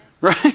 Right